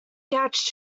catch